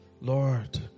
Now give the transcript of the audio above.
Lord